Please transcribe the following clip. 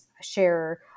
share